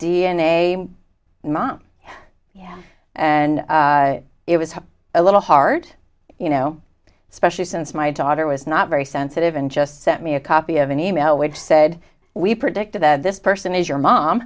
mom yeah and it was a little hard you know especially since my daughter was not very sensitive and just sent me a copy of an e mail which said we predicted that this person is your mom